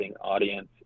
audience